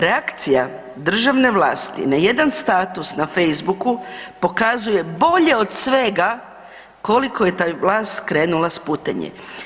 Reakcija državne vlasti na jedan status na Facebooku, pokazuje bolje od svega koliko je ta vlast skrenula s putanje.